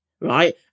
right